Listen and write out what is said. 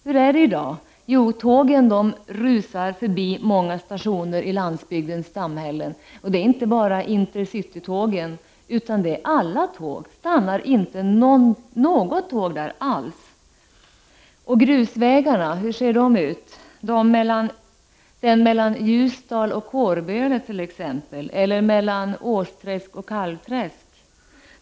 Hur är det i dag? Tågen rusar förbi många stationer i landsbygdssamhällen, och det är inte bara Intercitytågen som gör det utan det är alla tåg. Ofta stannar inte något tåg där alls. Och hur ser grusvägarna ut? Den mellan Ljusdal och Kårböle t.ex.? Eller den mellan Åsträsk och Kalvträsk?